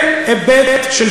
מה זאת אומרת אצלכם?